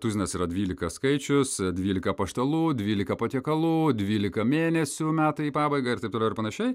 tuzinas yra dvylika skaičius dvylika apaštalų dvylika patiekalų dvylika mėnesių metai į pabaigą ir taip toliau ir panašiai